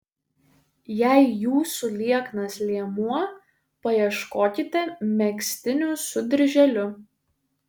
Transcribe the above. jei jūsų lieknas liemuo paieškokite megztinių su dirželiu